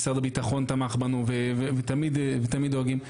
משרד הביטחון תמך בנו ותמיד דואגים,